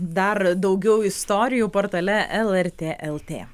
dar daugiau istorijų portale lrt lt